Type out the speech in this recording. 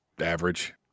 average